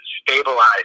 stabilize